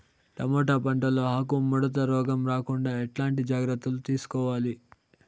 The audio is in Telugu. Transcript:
టమోటా పంట లో ఆకు ముడత రోగం రాకుండా ఎట్లాంటి జాగ్రత్తలు తీసుకోవాలి?